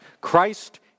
Christ